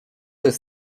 jest